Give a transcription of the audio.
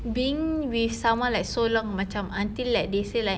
being with someone like so long macam until like they say like